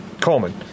Coleman